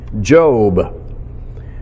Job